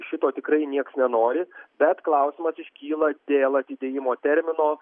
šito tikrai nieks nenori bet klausimas iškyla dėl atidėjimo termino